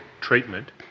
treatment